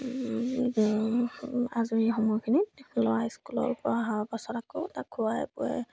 আজৰি সময়খিনিত ল'ৰা স্কুলৰ পৰা অহাৰ পাছত আকৌ তাক খোৱাই বোৱাই